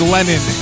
Lennon